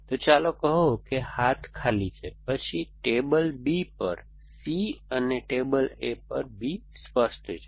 તો ચાલો કહો કે હાથ ખાલી છે પછી ટેબલ B પર C અને ટેબલ A પર B સ્પષ્ટ છે